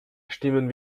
stimmen